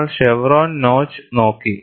നമ്മൾ chevron notch നോക്കി